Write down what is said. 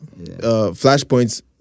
flashpoints